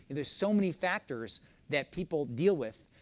there's so many factors that people deal with,